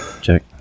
check